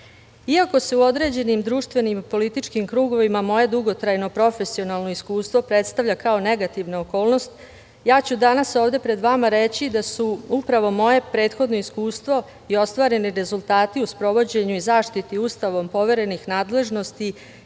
se u određenim društvenim političkim krugovima moje dugotrajno profesionalno iskustvo predstavlja kao negativna okolnost, ja ću danas ovde pred vama reći da je upravo moje prethodno iskustvo i ostvareni rezultati u sprovođenju i zaštiti Ustavom poverenih nadležnosti